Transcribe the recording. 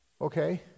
Okay